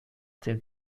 dem